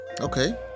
okay